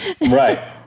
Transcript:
Right